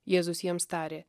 jėzus jiems tarė